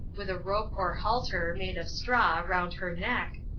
with a rope or halter, made of straw, round her neck,